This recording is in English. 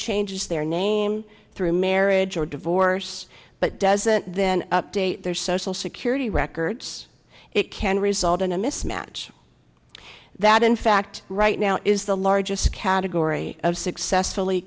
their name through marriage or divorce but doesn't then update their social security records it can read sultana mismatch that in fact right now is the largest category of successfully